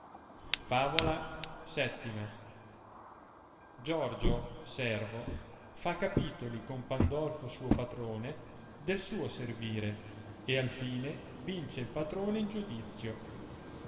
favola iorgio servo fa capitoli con pandolfo suo patrone del suo servire e alfine vince il patrone in giudicio